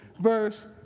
verse